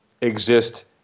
exist